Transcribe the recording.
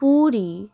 Puri